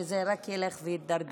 שזה רק ילך ויתדרדר.